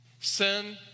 Sin